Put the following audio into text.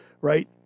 Right